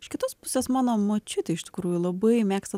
iš kitos pusės mano močiutė iš tikrųjų labai mėgsta